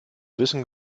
wissen